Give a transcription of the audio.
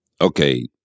Okay